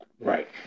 right